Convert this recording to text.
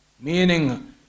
meaning